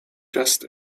just